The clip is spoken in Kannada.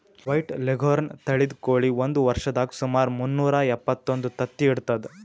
ವೈಟ್ ಲೆಘೋರ್ನ್ ತಳಿದ್ ಕೋಳಿ ಒಂದ್ ವರ್ಷದಾಗ್ ಸುಮಾರ್ ಮುನ್ನೂರಾ ಎಪ್ಪತ್ತೊಂದು ತತ್ತಿ ಇಡ್ತದ್